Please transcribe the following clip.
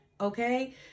Okay